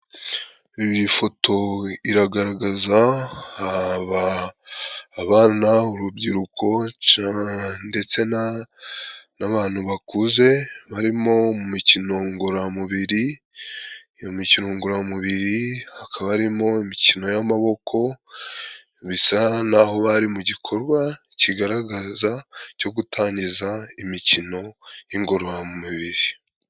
Iyi foto iragaragaza abana, urubyiruko, ndetse n'abantu bakuze barimo mu mikino ngororamubiri .Iyo mikino ngororamubiri hakaba harimo imikino, y'amaboko bisa naho bari mu gikorwa kigaragaza cyo gutangiza imikino y'ingorororamumubiri.